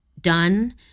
done